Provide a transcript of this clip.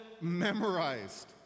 memorized